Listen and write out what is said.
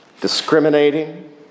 discriminating